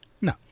No